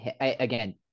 again